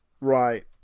Right